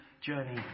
journey